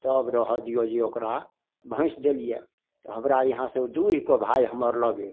तब रहऽ दियौ जे ओकरा भैंस देलियै तऽ हमरा इहाँसँ दुहि कऽ उ भाय हमर लअ गेल